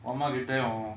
உன் அம்மாகிட்ட:un ammakitta